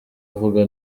uvuga